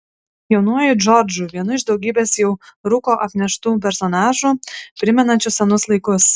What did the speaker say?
jaunuoju džordžu vienu iš daugybės jau rūko apneštų personažų primenančių senus laikus